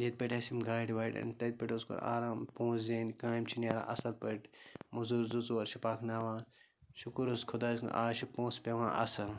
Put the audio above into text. ییٚتہِ پٮ۪ٹھ اَسہِ یِم گاڑِ واڑِ اَنہِ تَتہِ پٮ۪ٹھ حظ کوٚر آرام پونٛسہٕ زیٖن کامہِ چھِ نیران اَصٕل پٲٹھۍ مٔزوٗر زٕ ژور چھِ پَکناوان شُکُر حظ خۄدایَس کُن آز چھِ پونٛسہٕ پٮ۪وان اَصٕل